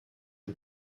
und